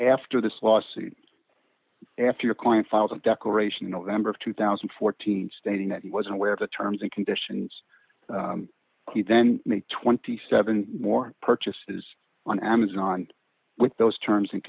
after this lawsuit after your client files of declaration november of two thousand and fourteen stating that he was aware of the terms and conditions he then made twenty seven more purchases on amazon with those terms and